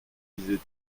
disait